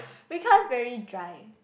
because very dry